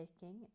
taking